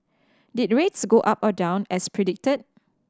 did rates go up or down as predicted